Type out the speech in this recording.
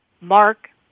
Mark